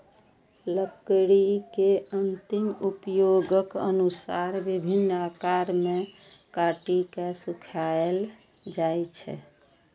लकड़ी के अंतिम उपयोगक अनुसार विभिन्न आकार मे काटि के सुखाएल जाइ छै